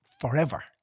forever